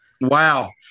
Wow